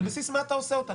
על בסיס מה אתה עושה אותה?